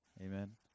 amen